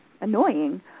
annoying